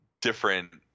different